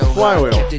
Flywheel